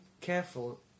careful